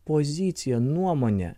pozicija nuomonė